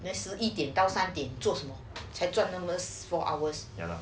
then 十一点到三点做什么才赚那么 four hours